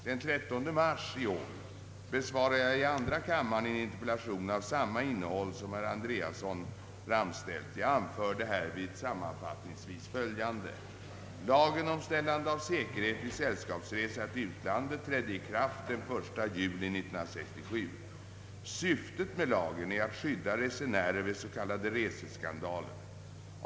Den 13 mars i år besvarade jag i andra kammaren en interpellation av samma innehåll som den herr Andreasson framställt. Jag anförde härvid sammanfattningsvis följande. Lagen om ställande av säkerhet vid sällskapsresa till utlandet trädde i kraft den 1 juli 1967. Syftet med lagen är att skydda resenärer vid s.k. reseskandaler.